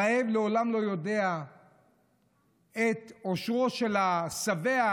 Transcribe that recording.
הרעב לעולם לא יודע את אושרו של השבע,